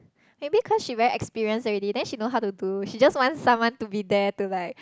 maybe cause she very experienced already then she know how to do she just want someone to be there to like